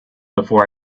before